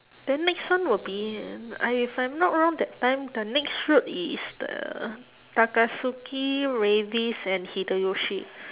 then next one will be I if I'm not wrong that time the next route is the takatsuki and hideyoshi